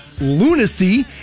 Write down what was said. lunacy